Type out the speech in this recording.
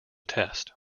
test